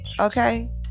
okay